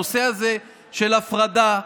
בנושא הזה של הפרדה,